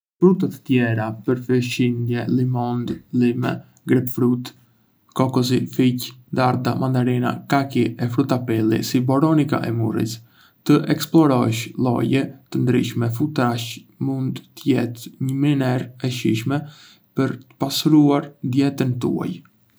Fruta të tjera përfshijndë limondë, lime, grepfrutë, kokosi, fiq, dardha, mandarina, kaki, e fruta pylli si boronica e murriz. Të eksplorosh lloje të ndryshme frutash mund të jetë një mënyrë e shijshme për të pasuruar dietën tuaj.